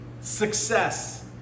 success